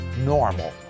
normal